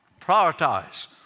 prioritize